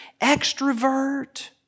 extrovert